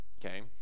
okay